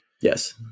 Yes